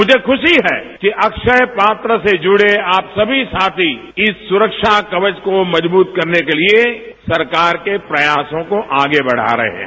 मुझे खुशी है कि अक्षय पात्र से जुड़े आप सभी साथी इस सुरक्षा कवच को मजबूत करने के लिए सरकार के प्रयासों को आगे बढ़ा रहे हैं